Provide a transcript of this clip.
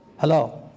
Hello